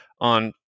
on